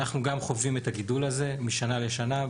אנחנו גם חווים את הגידול הזה משנה לשנה,